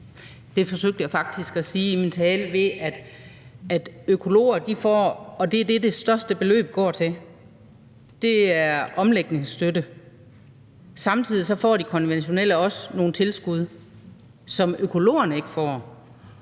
Det forsøgte jeg faktisk at sige i min tale. Det største beløb går til omlægningsstøtte. Samtidig får de konventionelle også nogle tilskud, som økologerne ikke får.